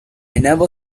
never